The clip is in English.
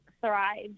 thrive